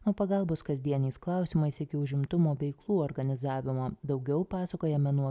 nuo pagalbos kasdieniais klausimais iki užimtumo veiklų organizavimo daugiau pasakoja menų